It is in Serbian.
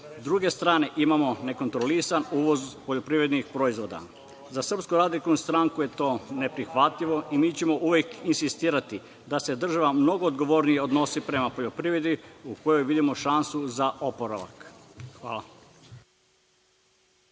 druge strane imamo nekontrolisan uvoz poljoprivrednih proizvoda. Za SRS je to neprihvatljivo i mi ćemo uvek insistirati da se država mnogo odgovornije odnosi prema poljoprivredi u kojoj vidimo šansu za oporavak. Hvala.